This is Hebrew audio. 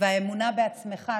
האמונה בעצמך,